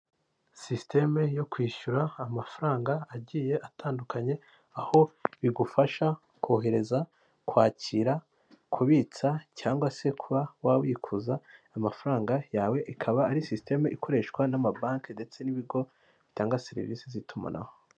Sisiteme yo kwishyura amafaranga agiye atandukanye, aho bigufasha kohereza kwakira kubitsa cyangwa se kuba wa wikuza amafaranga yawe, ikaba ari sisiteme ikoreshwa n'amabanki, ndetse n'ibigo bitanga serivisi z'itumanaho.